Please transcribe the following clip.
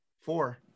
four